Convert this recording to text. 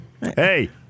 Hey